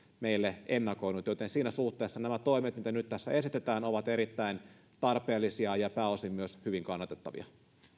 meille ennakoinut siinä suhteessa nämä toimet mitä nyt tässä esitetään ovat erittäin tarpeellisia ja pääosin myös hyvin kannatettavia